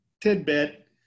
tidbit